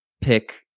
pick